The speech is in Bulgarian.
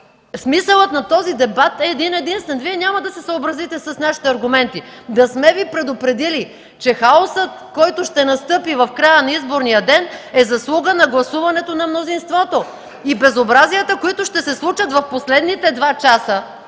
Смисълът на този дебат е един-единствен. Вие няма да се съобразите с нашите аргументи, но сме Ви предупредили, че хаосът, който ще настъпи в края на изборния ден, е заслуга на гласуването на мнозинството и безобразията, които ще се случат в последните два часа,